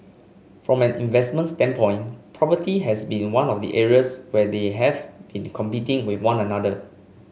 from an investment standpoint property has been one of the areas where they have been competing with one another